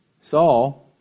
Saul